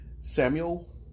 Samuel